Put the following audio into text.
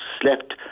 slept